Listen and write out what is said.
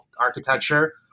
architecture